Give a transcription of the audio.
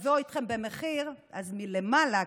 תבוא איתכם חשבון, אז מלמעלה.